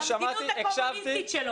למדיניות הקומוניסטית שלו.